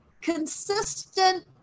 consistent